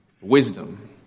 Wisdom